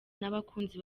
n’abakunzi